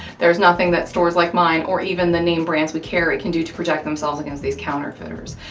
there's nothing that stores like mine, or even the name brands we carry, can do to protect themselves against these counterfeiters.